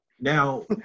Now